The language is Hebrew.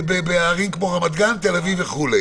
בערים כמו רמת גן, תל אביב, וכו'.